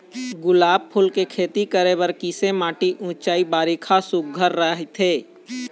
गुलाब फूल के खेती करे बर किसे माटी ऊंचाई बारिखा सुघ्घर राइथे?